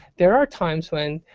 there are times when